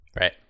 Right